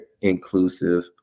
inclusive